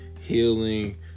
healing